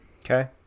okay